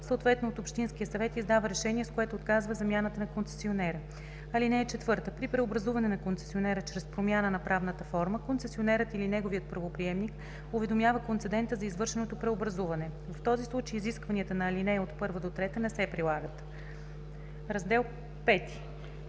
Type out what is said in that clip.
съответно от общинския съвет, издава решение, с което отказва замяната на концесионера. (4) При преобразуване на концесионера чрез промяна на правната форма концесионерът или неговият правоприемник уведомява концедента за извършеното преобразуване. В този случай изискванията на ал. 1-3 не се прилагат. ПРЕДСЕДАТЕЛ